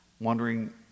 wondering